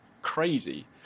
crazy